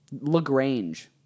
LaGrange